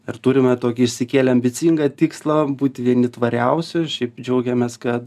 ir turime tokį išsikėlę ambicingą tikslą būt vieni tvariausių šiaip džiaugiamės kad